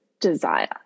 desire